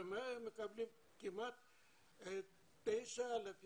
ב-100% הם מקבלים כמעט 9,000 שקל.